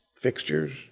fixtures